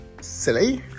silly